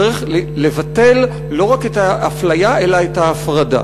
צריך לבטל לא רק את האפליה אלא את ההפרדה.